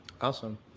Awesome